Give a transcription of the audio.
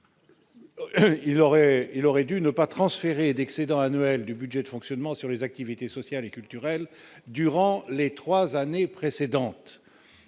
il aurait dû ne pas transférer d'excédent annuel du budget de fonctionnement sur les activités sociales et culturelles durant les 3 années précédentes,